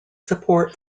support